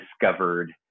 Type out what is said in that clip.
discovered